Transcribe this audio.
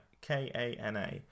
K-A-N-A